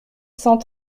cent